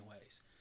ways